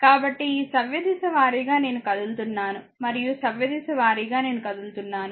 కాబట్టి ఈ సవ్యదిశ వారీగా నేను కదులుతున్నాను మరియు సవ్యదిశ వారీగా నేను కదులుతున్నాను